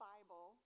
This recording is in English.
Bible